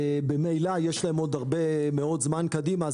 ממילא יש להם עוד הרבה מאוד זמן קדימה,